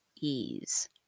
ease